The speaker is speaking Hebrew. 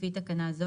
לפי תקנה זו,